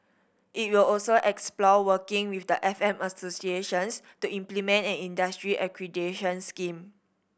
it will also explore working with the F M associations to implement an industry accreditation scheme